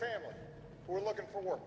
family we're looking for